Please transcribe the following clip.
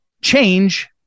change